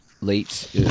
late